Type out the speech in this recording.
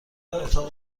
اتاق